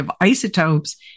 isotopes